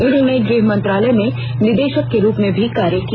उन्होंने गृह मंत्रालय में निदेशक के रूप में भी कार्य किया